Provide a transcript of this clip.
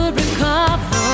recover